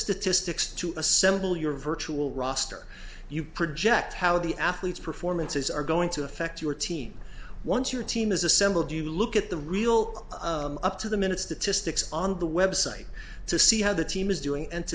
statistics to assemble your virtual roster you project how the athletes performances are going to affect your team once your team is assembled you look at the real up to the minute statistics on the website to see how the team is doing and